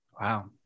Wow